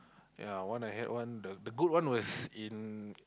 ya one I had one the the good one was in